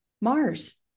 Mars